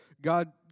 God